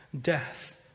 death